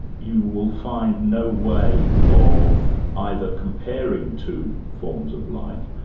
you will find no way of either comparing two forms of life,